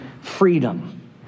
freedom